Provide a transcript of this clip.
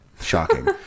shocking